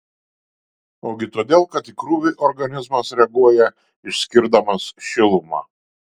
ogi todėl kad į krūvį organizmas reaguoja išskirdamas šilumą